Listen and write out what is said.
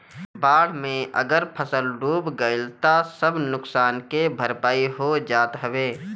बाढ़ में अगर फसल डूब गइल तअ सब नुकसान के भरपाई हो जात हवे